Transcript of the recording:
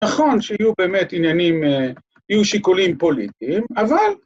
‫נכון שיהיו באמת עניינים, ‫יהיו שיקולים פוליטיים, אבל...